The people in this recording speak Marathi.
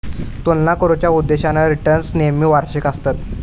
तुलना करुच्या उद्देशान रिटर्न्स नेहमी वार्षिक आसतत